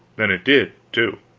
and it did, too.